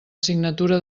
signatura